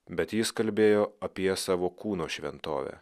bet jis kalbėjo apie savo kūno šventovę